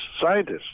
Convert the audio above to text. scientists